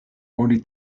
oni